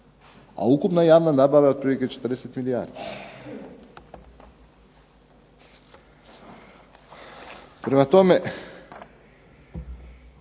A ukupna javna nabava je otprilike 40 milijardi. Prema tome,